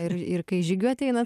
ir ir kai žygiuot einat